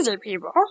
people